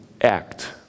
act